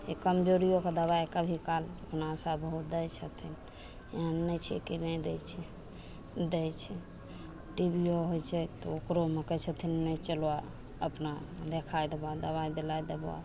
कमजोरियोके दबाइ कभी काल अपनासँ ओहो दै छथिन एहन नहि छै कि नहि दै छै दै छै टिबियो होि छै तऽ ओकरोमे कहय छथिन नहि चलऽ अपना देखाय देबऽ दबाइ देलाय देबऽ